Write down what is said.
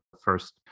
first